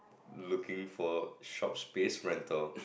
looking for short space rental